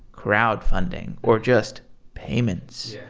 crowd funding, or just payments,